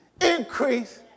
increase